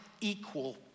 equal